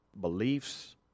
beliefs